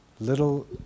little